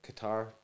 Qatar